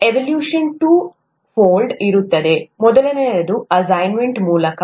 evaluation two fold ಇರುತ್ತದೆ ಮೊದಲನೆಯದು assignment ಮೂಲಕ